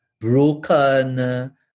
broken